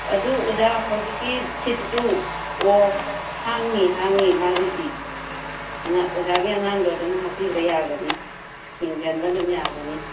ꯑꯗꯨ ꯑꯣꯖꯥ ꯍꯧꯖꯤꯛꯀꯤ ꯁꯤꯠꯇꯨ ꯑꯣ ꯍꯥꯡꯉꯤ ꯍꯥꯡꯉꯤ ꯃꯥꯒꯤꯁꯤ ꯑꯣꯖꯥꯒꯤ ꯑꯉꯥꯡꯗꯣ ꯑꯗꯨꯝ ꯍꯥꯞꯄꯤꯕ ꯌꯥꯒꯅꯤ ꯃꯤꯡꯆꯟꯕ ꯑꯗꯨꯝ ꯌꯥꯒꯅꯤ